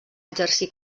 exercir